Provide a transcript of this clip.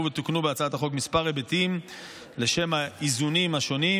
ותוקנו בהצעת החוק כמה היבטים לשם האיזונים השונים,